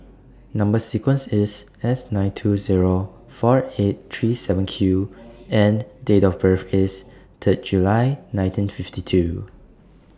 Number sequence IS S nine two Zero four eight three seven Q and Date of birth IS Third July nineteen fifty two